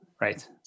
right